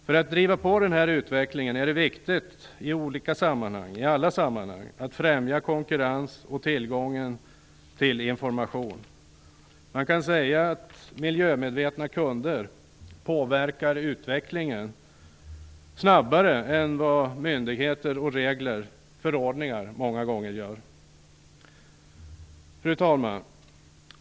För att driva på den här utvecklingen är det viktigt att i olika sammanhang, i alla sammanhang, främja konkurrens och tillgång till information. Man kan säga att miljömedvetna kunder påverkar utvecklingen snabbare än vad myndigheter, regler och förordningar många gånger gör. Fru talman!